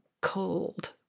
cold